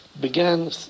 began